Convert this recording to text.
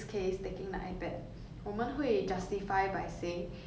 如果我自己不拿等一下我那下一个人